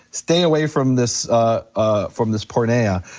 stay away from this ah from this porneia,